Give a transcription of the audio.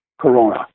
corona